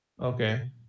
Okay